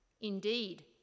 Indeed